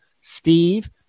Steve